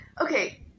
Okay